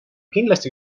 kindlasti